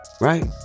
Right